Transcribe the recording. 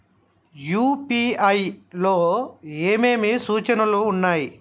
UPI లో ఏమేమి సూచనలు ఉన్నాయి?